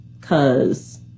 Cause